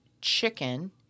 Chicken